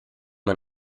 man